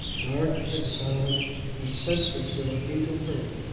dark and silent and scentless though it be to her,